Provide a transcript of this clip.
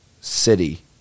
City